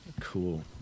Cool